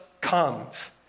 comes